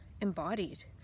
embodied